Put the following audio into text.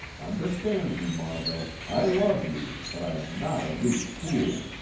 understand me, margot, i love you, but i am not a weak fool.